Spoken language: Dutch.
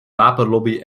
wapenlobby